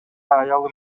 аялы